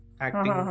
acting (